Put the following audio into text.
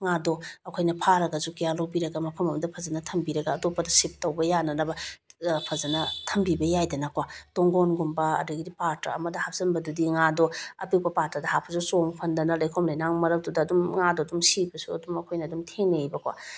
ꯉꯥꯗꯣ ꯑꯩꯈꯣꯏꯅ ꯐꯥꯔꯒꯁꯨ ꯀꯤꯌꯥꯔ ꯂꯧꯕꯤꯔꯒ ꯃꯐꯝ ꯑꯃꯗ ꯐꯖꯅ ꯊꯝꯕꯤꯔꯒ ꯑꯇꯣꯞꯄꯗ ꯁꯤꯞ ꯇꯧꯕ ꯌꯥꯅꯅꯕ ꯐꯖꯅ ꯊꯝꯕꯤꯕ ꯌꯥꯏꯗꯅꯀꯣ ꯇꯨꯡꯒꯣꯟꯒꯨꯝꯕ ꯑꯗꯨꯗꯒꯤ ꯄꯥꯇ꯭ꯔ ꯑꯃꯗ ꯍꯥꯞꯆꯤꯟꯕꯗꯨꯗꯤ ꯉꯥꯗꯣ ꯑꯄꯤꯛꯄ ꯄꯥꯇ꯭ꯔꯗ ꯍꯥꯞꯄꯁꯨ ꯆꯣꯡ ꯐꯟꯗꯅ ꯂꯩꯈꯣꯝ ꯂꯩꯅꯥꯡ ꯃꯔꯛꯇꯨꯗ ꯑꯗꯨꯃ ꯉꯥꯗꯨ ꯑꯗꯨꯝ ꯁꯤꯕꯁꯨ ꯑꯗꯨꯝ ꯑꯩꯈꯣꯏꯅ ꯑꯗꯨꯝ ꯊꯦꯡꯅꯩꯑꯕꯀꯣ